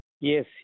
Yes